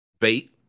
Bait